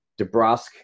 DeBrusque